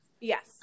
Yes